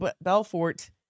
Belfort